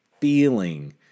feeling